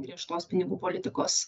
griežtos pinigų politikos